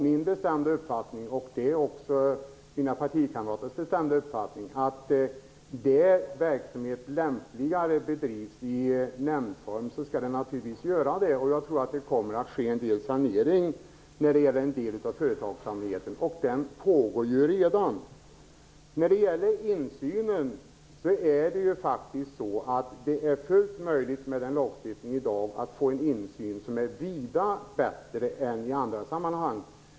Min och mina partikamraters bestämda uppfattning är att när verksamhet lämpligare bedrivs i nämndform skall den naturligtvis bedrivas så. Jag tror att det kommer att ske en sanering av en del av företagsamheten, och en sådan pågår ju redan. Det är fullt möjligt att med dagens lagstiftning få en insyn som är vida bättre än i andra sammanhang.